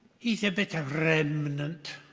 he's a better remnant.